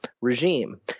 regime